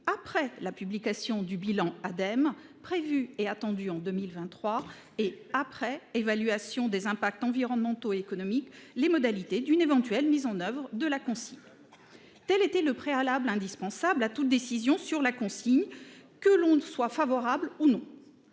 et de la maîtrise de l'énergie (Ademe), prévu et attendu en 2023, et après évaluation des impacts environnementaux et économiques, les modalités d'une éventuelle mise en oeuvre de la consigne. Tel était le préalable indispensable à toute décision sur la consigne, que l'on y soit favorable ou non.